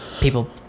people